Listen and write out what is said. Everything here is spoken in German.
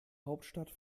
hauptstadt